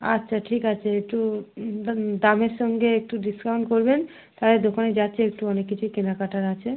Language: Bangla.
আচ্ছা ঠিক আছে একটু দামের সঙ্গে একটু ডিসকাউন্ট করবেন তাহলে দোকানে যাচ্ছি একটু অনেক কিছু কেনাকাটার আছে